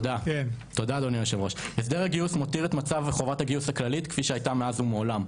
הסדר הגיוס מותיר את מצב וחובת הגיוס הכללית כפי שהייתה מאז ומעולם.